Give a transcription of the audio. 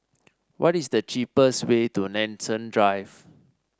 what is the cheapest way to Nanson Drive